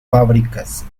fábricas